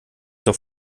doch